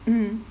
mm